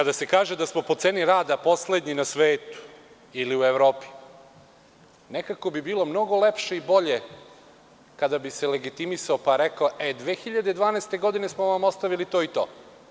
Kada se kaže da smo po ceni rada poslednji na svetu ili u Evropi, bilo bi mnogo lepše i bolje kada bi se legitimisalo i reklo – e, 2012. godine smo vam ostavili to i to.